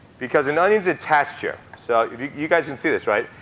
because an onion's attached here. so you guys can see this, right?